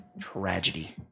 tragedy